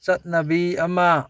ꯆꯠꯅꯕꯤ ꯑꯃ